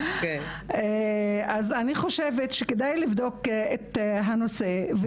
כדאי לבדוק את הנושא,